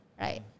right